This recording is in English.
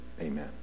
Amen